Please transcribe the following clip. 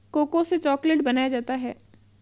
cocoa से chocolate बनाया जाता है